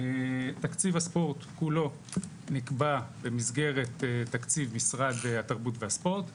תקציב הספורט כולו נקבע במסגרת תקציב משרד התרבות והספורט,